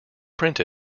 print